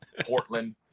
Portland